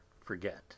forget